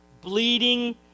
bleeding